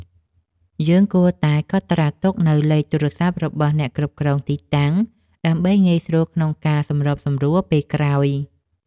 យើងគួរតែកត់ត្រាទុកនូវលេខទូរសព្ទរបស់អ្នកគ្រប់គ្រងទីតាំង ដើម្បីងាយស្រួលក្នុងការសម្របសម្រួលពេលក្រោយ។